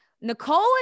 Nicole